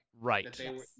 Right